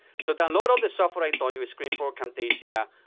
so download all the software i told you, screenflow, camtasia,